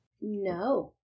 No